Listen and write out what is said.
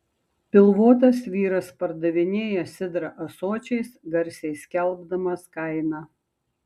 pilvotas vyras pardavinėja sidrą ąsočiais garsiai skelbdamas kainą